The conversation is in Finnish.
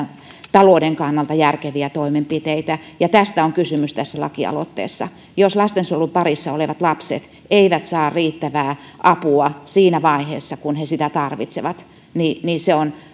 talouden kannalta järkeviä toimenpiteitä ja tästä on kysymys tässä lakialoitteessa jos lastensuojelun parissa olevat lapset eivät saa riittävää apua siinä vaiheessa kun he sitä tarvitsevat niin niin se on